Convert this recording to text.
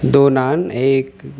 دو نان ایک